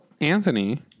Anthony